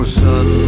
sun